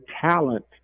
talent